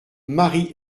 marie